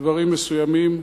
דברים מסוימים,